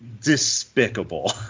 despicable